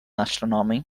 astronomy